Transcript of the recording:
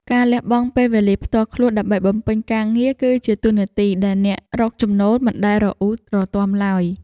ការលះបង់ពេលវេលាផ្ទាល់ខ្លួនដើម្បីបំពេញការងារ គឺជាតួនាទីដែលអ្នករកចំណូលមិនដែលរអ៊ូរទាំឡើយ។